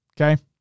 Okay